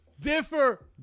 Differ